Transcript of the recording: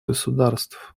государств